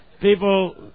people